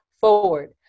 forward